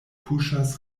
puŝas